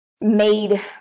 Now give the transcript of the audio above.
made